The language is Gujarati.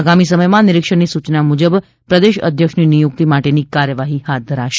આગામી સમયમાં નિરીક્ષણની સૂચના મુજબ પ્રદેશ અધ્યક્ષની નિયુક્તિ માટેની કાર્યવાહી હાથ ધરવામાં આવશે